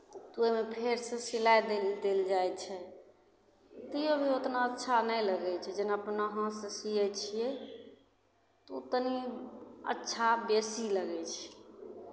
ओहिमे फेरसँ सिलाइ दै लए देल जाइ छै तैयो भी उतना अच्छा नहि लगै छै जेना अपना हाथसँ सियै छियै ओ तनि अच्छा बेसी लगै छै